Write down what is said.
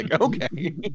okay